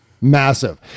massive